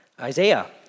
Isaiah